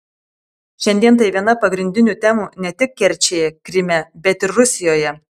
šiandien tai viena pagrindinių temų ne tik kerčėje kryme bet ir rusijoje